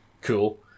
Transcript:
Cool